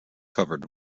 covered